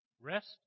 rest